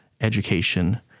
education